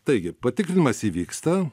taigi patikrinimas įvyksta